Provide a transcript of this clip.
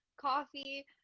coffee